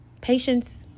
patience